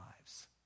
lives